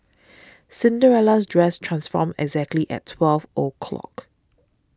Cinderella's dress transformed exactly at twelve o'clock